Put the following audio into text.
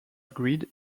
grid